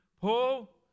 Paul